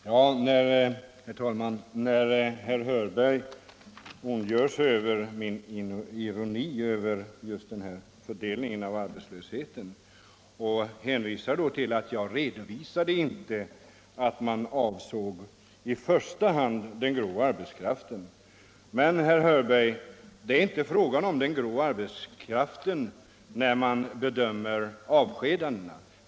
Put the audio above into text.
Herr talman! Herr Hörberg ondgjorde sig över min ironi när det gäller fördelningen av arbetslösheten och hänvisade till att jag inte redovisade att det i första hand var den grå arbetskraften som avsågs. Men, herr Hörberg, det är inte fråga om den grå arbetskraften när man bedömer avskedandena.